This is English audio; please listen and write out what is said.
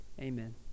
Amen